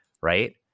right